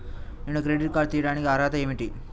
నేను credit card తీయడానికి అర్హత ఏమిటి?